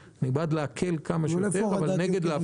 האגרות,